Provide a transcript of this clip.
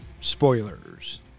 spoilers